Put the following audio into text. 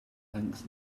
thanks